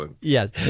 Yes